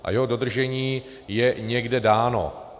A jeho dodržení je někde dáno.